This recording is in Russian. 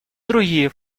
другие